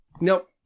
Nope